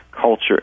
culture